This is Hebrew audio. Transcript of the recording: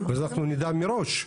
אז אנחנו נדע מראש.